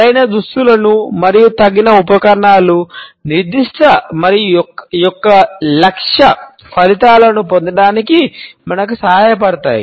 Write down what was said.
సరైన దుస్తులను మరియు తగిన ఉపకరణాలు నిర్దిష్ట మరియు లక్ష్య ఫలితాలను పొందడానికి మనకు సహాయపడతాయి